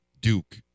Duke